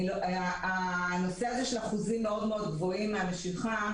הנושא של אחוזים מאוד גבוהים מהמשיכה